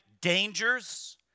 dangers